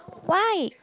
why